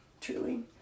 truly